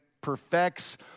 perfects